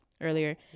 earlier